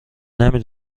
نمی